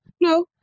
No